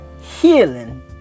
Healing